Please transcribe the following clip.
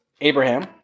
Abraham